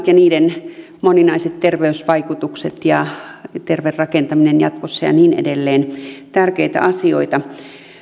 ja niiden moninaiset terveysvaikutukset ja terve rakentaminen jatkossa ja niin edelleen tärkeitä asioita